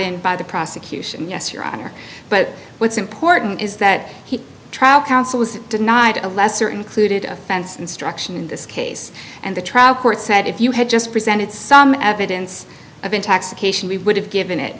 in by the prosecution yes your honor but what's important is that trial counsel was denied a lesser included offense instruction in this case and the trial court said if you had just presented some evidence of intoxication we would have given it